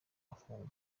afungwa